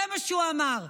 זה מה שהוא אמר.